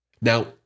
Now